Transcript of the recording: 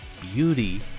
beauty